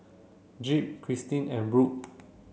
Jep Christi and Brook